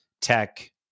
tech